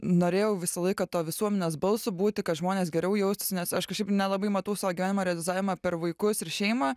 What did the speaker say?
norėjau visą laiką tuo visuomenės balsu būti kad žmonės geriau jaustųsi nes aš kažkaip nelabai matau savo gyvenimo realizavimą per vaikus ir šeimą